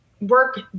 work